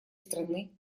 страны